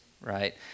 right